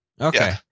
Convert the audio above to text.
Okay